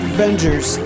Avengers